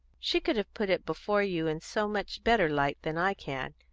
she could have put it before you in so much better light than i can.